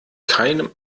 keinem